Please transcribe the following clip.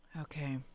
Okay